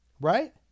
Right